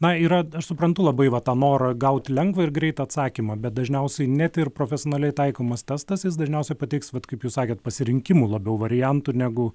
na yra aš suprantu labai va tą norą gauti lengvą ir greitą atsakymą bet dažniausiai net ir profesionaliai taikomas testas jis dažniausiai pateiks vat kaip jūs sakėt pasirinkimų labiau variantų negu